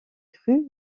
crues